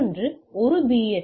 மற்றொன்று ஒரு பி